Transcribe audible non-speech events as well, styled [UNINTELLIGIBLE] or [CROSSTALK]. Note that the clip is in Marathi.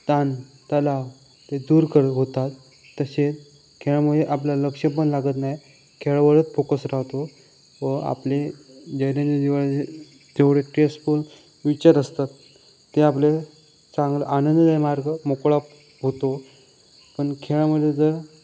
ताणतणाव ते दूर करू होतात तसे खेळामध्ये आपलं लक्ष पण लागत नाही खेळावरच फोकस राहतो व आपली [UNINTELLIGIBLE] तेवढे ट्रेसफुल विचार असतात ते आपलं चांगलं आनंददायी मार्ग मोकळा होतो पण खेळामध्ये जर